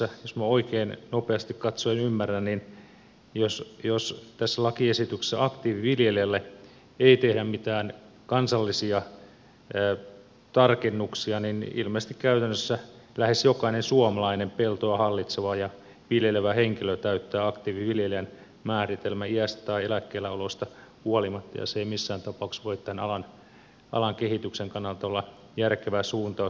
jos minä oikein nopeasti katsoen ymmärrän niin jos tässä lakiesityksessä aktiiviviljelijälle ei tehdä mitään kansallisia tarkennuksia niin ilmeisesti käytännössä lähes jokainen suomalainen peltoa hallitseva ja viljelevä henkilö täyttää aktiiviviljelijän määritelmän iästä tai eläkkeellä olosta huolimatta ja se ei missään tapauksessa voi tämän alan kehityksen kannalta olla järkevä suuntaus